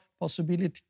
possibility